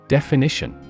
Definition